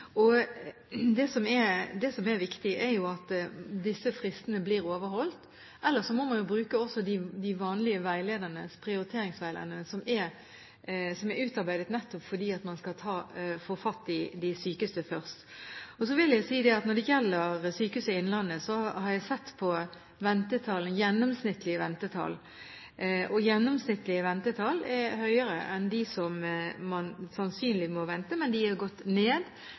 Det som er viktig, er jo at disse fristene blir overholdt. Ellers må man bruke de vanlige prioriteringsveilederne, som er utarbeidet nettopp fordi man skal få fatt i de sykeste først. Så vil jeg si at når det gjelder Sykehuset Innlandet, har jeg sett på gjennomsnittlige ventetall. Gjennomsnittlige ventetall er høyere enn dem som man sannsynlig må vente, men de er gått ned